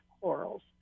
corals